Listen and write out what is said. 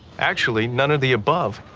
actually, none of the above.